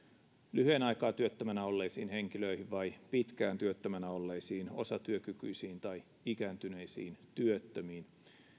lyhyen aikaa työttömänä olleisiin henkilöihin vai pitkään työttömänä olleisiin osatyökykyisiin tai ikääntyneisiin työttömiin